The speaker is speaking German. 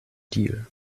deal